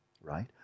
right